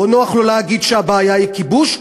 לא נוח לו להגיד שהבעיה היא כיבוש,